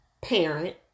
parent